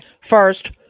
First